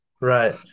Right